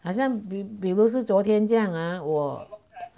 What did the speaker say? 好像比如是昨天这样啊我